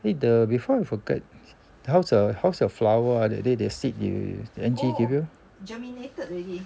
eh the before I forget how's the how's your flower ah that day the seed you angie gave you